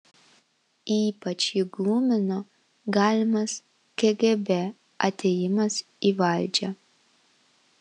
ypač jį glumino galimas kgb atėjimas į valdžią